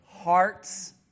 hearts